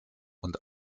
und